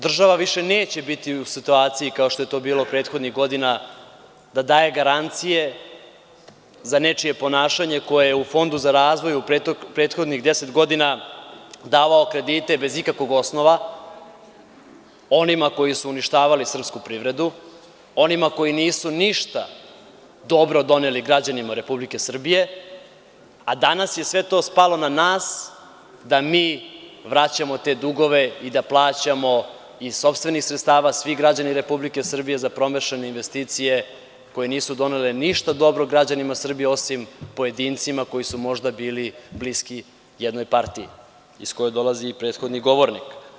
Država više neće biti u situaciji, kao što je to bilo prethodnih godina, da daje garancije za nečije ponašanje koji je u Fond za razvoj u prethodnih deset godina davao kredite bez ikakvih osnova onima koji su uništavali srpsku privredu, onima koji nisu ništa dobro doneli građanima RS, a danas je sve to spalo na nas da mi vraćamo te dugove i da plaćamo iz sopstvenih sredstava, svi građani RS za promašene investicije koje nisu donele ništa dobro građanima Srbije osim pojedincima koji su možda bili bliski jednoj partiji iz koje dolazi i prethodni govornik.